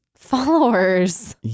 Followers